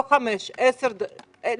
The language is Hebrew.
לא 10 דקות,